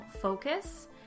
focus